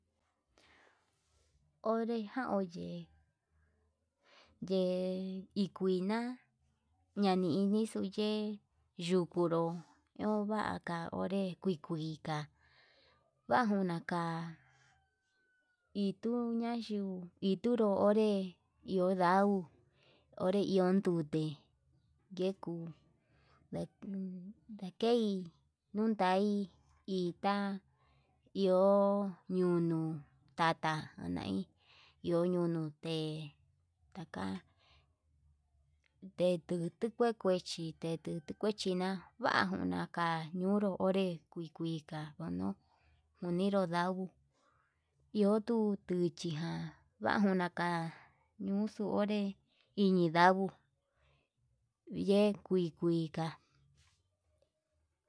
Onré jau ye'e, yee ikuina ñani inixu ye'e yukunru ovaka onré, kui kuika vanjuna ka'a ituu ñaxhiu ituru onré iho ndau onré iho ndute yeko'o vee ndakei nundai hi, ta iho ñunu tata janai iho ñunuu té taka te tutu tukue kuechí tetuku tuu kue china vajuna ka'a ñuu onre kuikuika njono uninro ndaguu, iho tuu tuchi ján vanjuna ka'a ñuxuu onre ndichi ndaguu yee kui kuika.